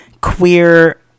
queer